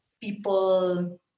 people